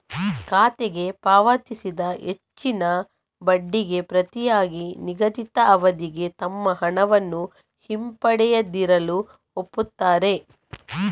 ಖಾತೆಗೆ ಪಾವತಿಸಿದ ಹೆಚ್ಚಿನ ಬಡ್ಡಿಗೆ ಪ್ರತಿಯಾಗಿ ನಿಗದಿತ ಅವಧಿಗೆ ತಮ್ಮ ಹಣವನ್ನು ಹಿಂಪಡೆಯದಿರಲು ಒಪ್ಪುತ್ತಾರೆ